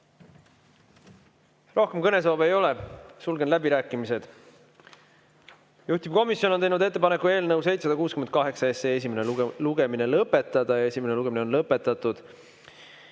Rohkem kõnesoove ei ole. Sulgen läbirääkimised. Juhtivkomisjon on teinud ettepaneku eelnõu 768 esimene lugemine lõpetada. Esimene lugemine on lõpetatud.